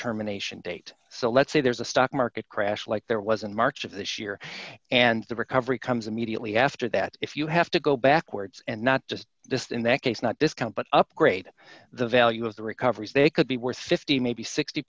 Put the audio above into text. terminations date so let's say there's a stock market crash like there wasn't march of this year and the recovery comes immediately after that if you have to go backwards and not just just in that case not discount but upgrade the value of the recoveries they could be worth fifty maybe sixty